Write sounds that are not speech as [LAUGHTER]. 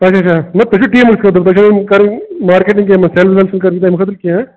اَچھا اَچھا تۄہہِ چھُ ٹیٖمس خٲطرٕ تۄہہِ چھو یِم کَرٕنۍ [UNINTELLIGIBLE] سٮ۪ل وٮ۪ل چھنہٕ کَرٕنۍ تمہِ خٲطرٕ کیٚنٛہہ